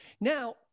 Now